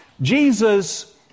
Jesus